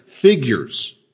Figures